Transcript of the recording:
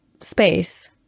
space